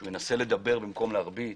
שינסה לדבר במקום להרביץ?